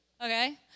Okay